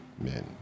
men